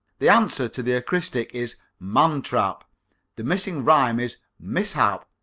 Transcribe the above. the answer to the acrostic is mantrap the missing rhyme is mishap.